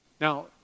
Now